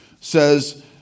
says